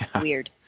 weird